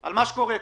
על מה שקורה כאן.